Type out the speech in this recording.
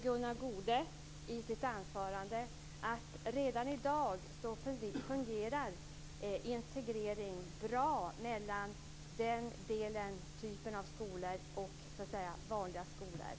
Gunnar Goude säger i sitt anförande att integrering redan i dag fungerar bra mellan den typen av skolor och vanliga skolor.